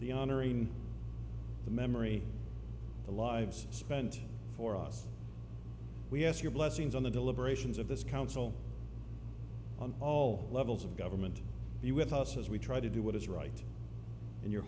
the honoring the memory the lives spent for us we have your blessings on the deliberations of this council on all levels of government you with us as we try to do what is right in you